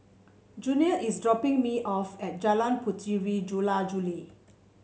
Junior is dropping me off at Jalan Puteri Jula Juli